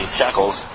shackles